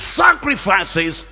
sacrifices